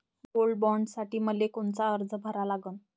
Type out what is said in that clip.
Gold बॉण्डसाठी मले कोनचा अर्ज भरा लागन?